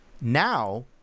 Now